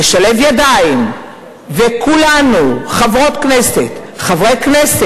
מי הידידים שלנו, את מי צריך